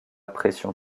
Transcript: pression